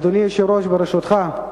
אדוני היושב-ראש, ברשותך,